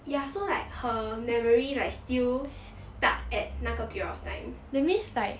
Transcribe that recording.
ya so like her memory like still stuck at 那个 period of time